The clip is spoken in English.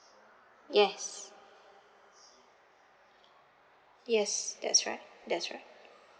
yes yes that's right that's right